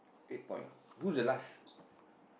eight point ah who's the last